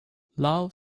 love